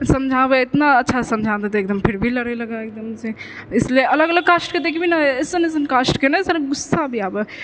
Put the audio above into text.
समझाबै इतना अच्छासँ समझा देतै एकदम फिर भी लड़ऽ लागै एकदमसँ इसलिए अलग अलग कास्टके देखबिहि ने अइसन अइसन कास्टके ने गुस्सा भी आबै